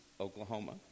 Oklahoma